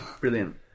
brilliant